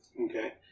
Okay